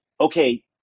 okay